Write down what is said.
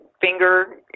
finger